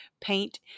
paint